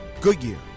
Goodyear